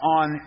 on